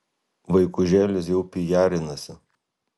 vaikužėlis jau pijarinasi